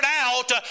out